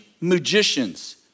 magicians